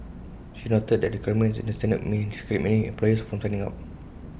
she noted that the requirements in the standards may discourage many employers from signing up